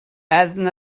essen